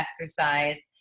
exercise